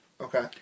Okay